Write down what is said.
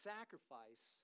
Sacrifice